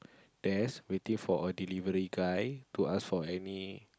desk waiting for a delivery guy to ask for any